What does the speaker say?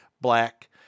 black